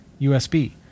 USB